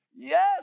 yes